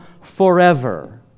forever